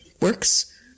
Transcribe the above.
works